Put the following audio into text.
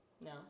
No